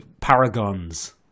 paragons